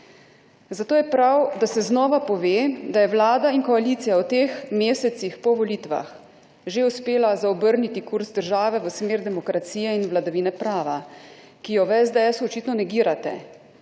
Zato je prav, da se znova pove, da je Vlada in koalicija v teh mesecih po volitvah že uspela zaobrniti kurz države v smer demokracije in vladavine prava, ki jo v SDS očitno negirate.